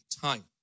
time